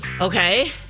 Okay